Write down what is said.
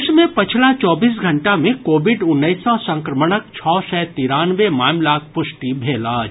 देश मे पछिला चौबीस घंटा मे कोविड उन्नैस सँ संक्रमणक छओ सय तिरानवे मामिलाक पुष्टि भेल अछि